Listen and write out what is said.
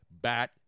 bat